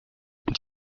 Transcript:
und